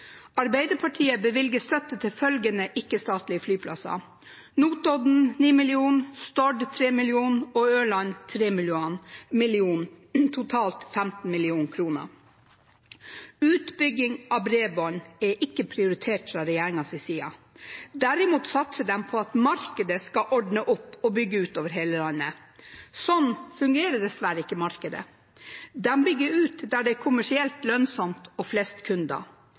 Arbeiderpartiet bevilger støtte til følgende ikke-statlige flyplasser: Notodden med 9 mill. kr, Stord med 3 mill. kr og Ørland med 3 mill. kr. – totalt 15 mill. kr. Utbygging av bredbånd er ikke prioritert fra regjeringens side. Derimot satser de på at markedet skal ordne opp og bygge ut over hele landet. Sånn fungerer dessverre ikke markedet, de bygger ut der det er kommersielt lønnsomt og flest kunder.